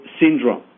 syndrome